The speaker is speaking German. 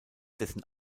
dessen